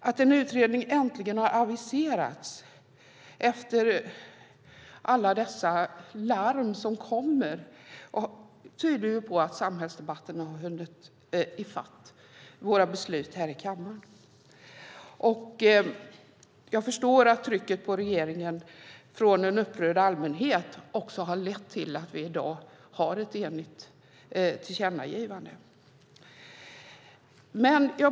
Att en utredning äntligen har aviserats, efter alla dessa larm som kommer, tyder på att samhällsdebatten har hunnit i fatt våra beslut här i kammaren. Jag förstår att trycket på regeringen från en upprörd allmänhet också har lett till att vi i dag har ett enigt tillkännagivande.